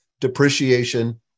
depreciation